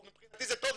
מבחינתי זה טוב,